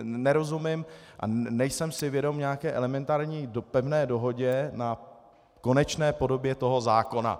Nerozumím a nejsem si vědom nějaké elementární pevné dohody na konečné podobě toho zákona.